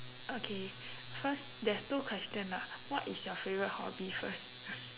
okay first 's two question ah what is your favourite hobby first